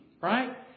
right